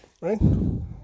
right